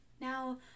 Now